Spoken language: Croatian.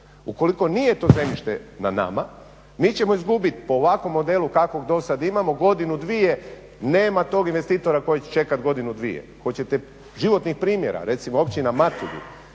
Ukoliko nije to zemljište na nama mi ćemo izgubit po ovakvom modelu kakvog dosad imamo godinu-dvije, nema tog investitora koji će čekat godinu-dvije. Hoćete životnih primjera? Recimo Općina Matulji